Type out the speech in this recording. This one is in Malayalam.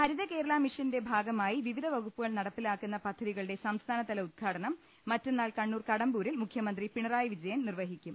ഹരിത കേരള മിഷന്റെ ഭാഗമായി വിവിധ വകുപ്പുകൾ നടപ്പി ലാക്കുന്ന പദ്ധതികളുടെ സംസ്ഥാനതല ഉദ്ഘാടനം മറ്റന്നാൾ കണ്ണൂർ കടമ്പൂരിൽ മുഖ്യമന്ത്രി പിണറായി വിജയൻ നിർവഹി ക്കും